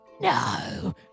No